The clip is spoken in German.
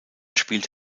spielt